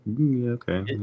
Okay